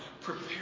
Prepare